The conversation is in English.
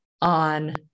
on